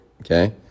Okay